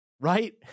right